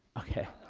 okay,